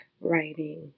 writing